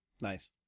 Nice